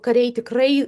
kariai tikrai